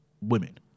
women